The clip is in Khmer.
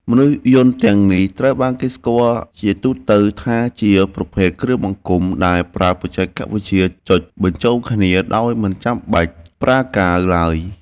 មនុស្សយន្តទាំងនេះត្រូវបានគេស្គាល់ជាទូទៅថាជាប្រភេទគ្រឿងបង្គុំដែលប្រើបច្ចេកវិទ្យាចុចបញ្ចូលគ្នាដោយមិនចាំបាច់ប្រើកាវឡើយ។